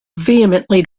vehemently